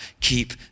Keep